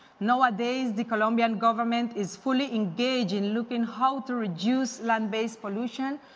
nowadays, the colombian government is fully engaged in looking how to reduce land based pollution,